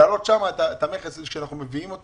להעלות שם את המכס כשאנחנו מביאים את